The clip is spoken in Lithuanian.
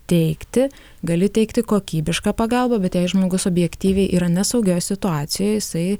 teikti gali teikti kokybišką pagalbą bet jei žmogus objektyviai yra nesaugioj situacijoj jisai